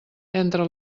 entra